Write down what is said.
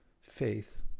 faith